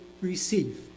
receive